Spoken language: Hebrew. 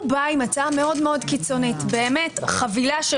הוא בא עם הצעה מאוד קיצונית חבילה של